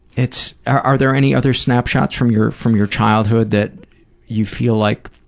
it's are are there any other snapshots from your from your childhood that you feel like